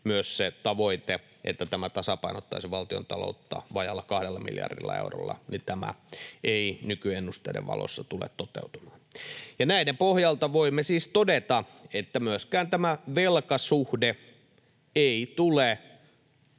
myöskään se tavoite, että tämä tasapainottaisi valtiontaloutta vajaalla kahdella miljardilla eurolla, ei nykyennusteiden valossa tule toteutumaan. Näiden pohjalta voimme siis todeta, että myöskään tämä velkasuhteen